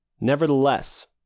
Nevertheless